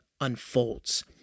unfolds